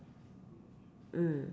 mm